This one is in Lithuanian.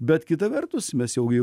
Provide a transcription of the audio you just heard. bet kita vertus mes jau jei